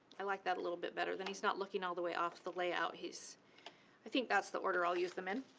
i like that a little bit better. then he's not looking all the way off the layout. i i think that's the order i'll use them in.